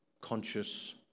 conscious